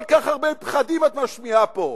כל כך הרבה פחדים את משמיעה פה.